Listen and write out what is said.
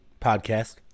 podcast